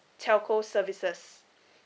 telco services